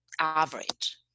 average